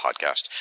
Podcast